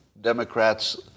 Democrats